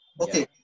Okay